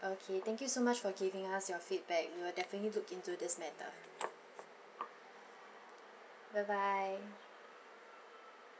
okay thank you so much for giving us your feedback we will definitely look into this matter bye bye